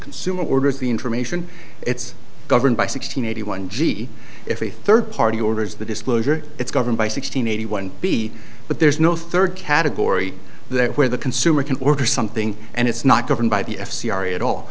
consumer orders the information it's governed by six hundred eighty one g if a third party orders the disclosure it's governed by six hundred eighty one b but there's no third category that where the consumer can order something and it's not governed by the f c r at all